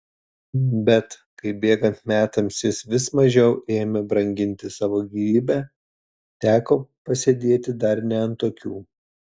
bet kai bėgant metams jis vis mažiau ėmė branginti savo gyvybę teko pasėdėti dar ne ant tokių